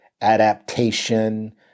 adaptation